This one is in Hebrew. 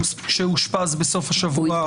שאושפז בסוף השבוע.